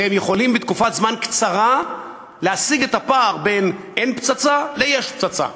והם יכולים בתקופת זמן קצרה להשיג את הפער בין אין-פצצה ליש-פצצה.